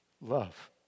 Love